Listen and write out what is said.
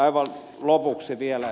aivan lopuksi vielä